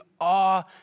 awe